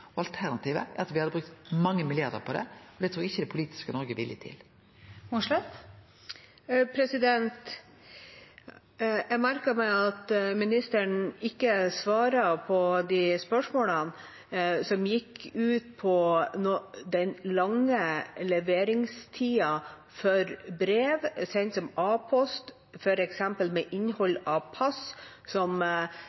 Alternativet er at me hadde brukt mange milliardar på det, og det trur eg ikkje det politiske Noreg er villig til. Jeg merker meg at ministeren ikke svarer på spørsmålene, som gikk ut på den lange leveringstida for brev sendt som A-post, f.eks. med innhold